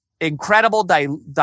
incredible